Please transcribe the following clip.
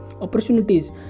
opportunities